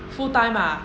full time ah